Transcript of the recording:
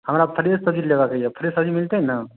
हमरा फ्रेश सब्जी लेबऽ के यऽ फ्रेश सब्जी मिलतै ने